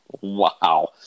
Wow